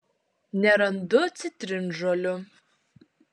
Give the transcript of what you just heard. nerandu citrinžolių